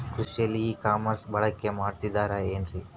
ಕೃಷಿಯಲ್ಲಿ ಇ ಕಾಮರ್ಸನ್ನ ಬಳಕೆ ಮಾಡುತ್ತಿದ್ದಾರೆ ಏನ್ರಿ?